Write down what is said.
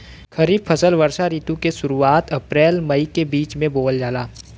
खरीफ फसल वषोॅ ऋतु के शुरुआत, अपृल मई के बीच में बोवल जाला